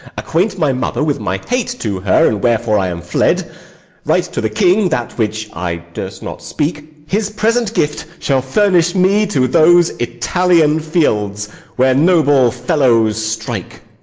acquaint my mother with my hate to her, and wherefore i am fled write to the king that which i durst not speak. his present gift shall furnish me to those italian fields where noble fellows strike.